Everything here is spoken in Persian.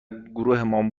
گروهمان